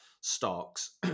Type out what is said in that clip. stocks